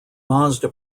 mazda